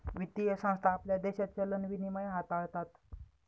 वित्तीय संस्था आपल्या देशात चलन विनिमय हाताळतात